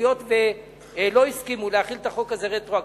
היות שלא הסכימו להחיל את החוק הזה רטרואקטיבית,